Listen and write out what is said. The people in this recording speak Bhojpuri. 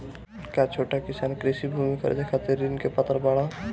का छोट किसान कृषि भूमि खरीदे खातिर ऋण के पात्र बाडन?